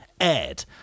aired